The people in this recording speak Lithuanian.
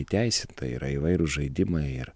įteisinta yra įvairūs žaidimai ir